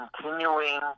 continuing